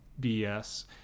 BS